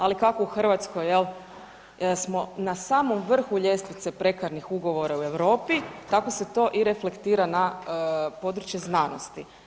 Ali kako u Hrvatskoj, je li, smo na samo vrhu ljestvice prekarnih ugovora u Europi, tako se to i reflektira na područje znanosti.